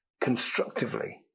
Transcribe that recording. constructively